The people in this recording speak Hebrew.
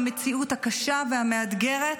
במציאות הקשה והמאתגרת.